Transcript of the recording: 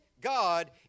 God